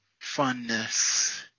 funness